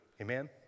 Amen